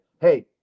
Hey